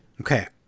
Okay